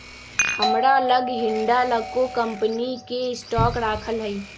हमरा लग हिंडालको कंपनी के स्टॉक राखल हइ